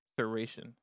Serration